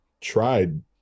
tried